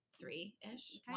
Three-ish